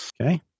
Okay